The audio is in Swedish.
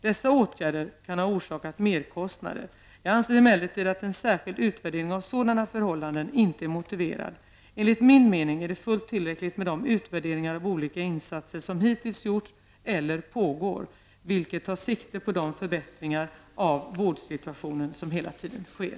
Dessa åtgärder kan ha orsakat merkostnader. Jag anser emellertid att en särskild utvärdering av sådana förhållanden inte är motiverad. Enligt min mening är det fullt tillräckligt med de utvärderingar av olika insatser som hittills gjorts eller pågår, vilka tar sikte på de förbättringar av vårdsituationen som hela tiden sker.